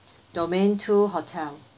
domain two hotel